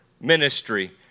ministry